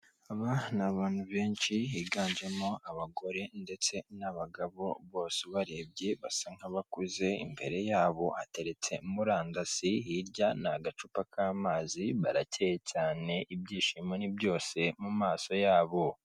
Aba ni abantu benshi, higanjemo abagore ndetse n'abagabo, bose ubarebye basa nk'abakuze, ibere yabo hateretse murandasi, hirya ni agacupa k'amazi, barakeye cyane, ibyishimo ni byose mu maso yabo.